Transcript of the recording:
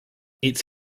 its